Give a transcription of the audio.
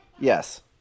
Yes